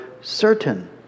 certain